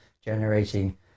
generating